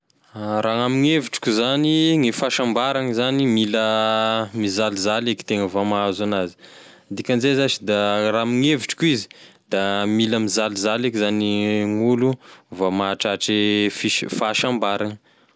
Raha gn'amign'evitrako zany gny fahasambarany zany mila mizalizaky eky tegna vao mahazo anazy, ny dikan'izany zash da raha amin'ny hevitrako izy, mila mizalizaly eky gn'olo vao mahatratry e fis- fahasambarany.